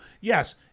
yes